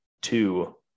two